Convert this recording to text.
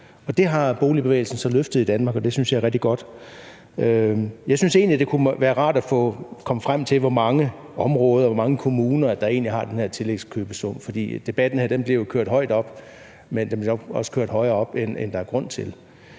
Det har boligbevægelsen så løftet i Danmark, og det synes jeg er rigtig godt. Jeg synes egentlig, det kunne være rart at komme frem til, hvor mange områder, hvor mange kommuner der egentlig har den her tillægskøbesum, for debatten her bliver jo kørt højt op, men den bliver nok også kørt højere op, end der er grund til.